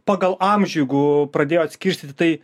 pagal amžių jeigu pradėjot skirstyt tai